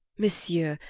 monsieur,